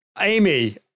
Amy